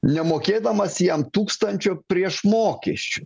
nemokėdamas jam tūkstančio prieš mokesčių